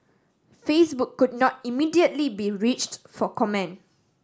Facebook could not immediately be reached for comment